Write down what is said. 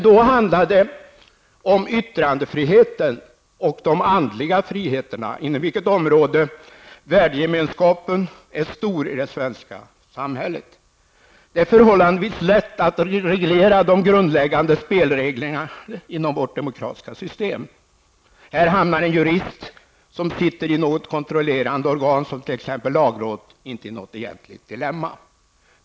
Då handlade det emellertid om yttrandefriheten och de andliga friheterna, inom vilket område värdegemenskapen är stor i det svenska samhället. Det är förhållandevis lätt att reglera de grundläggande spelreglerna inom vårt demokratiska system. Här hamnar en jurist, som sitter i något kontrollerande organ som t.ex. lagrådet, inte i något egentligt dilemma.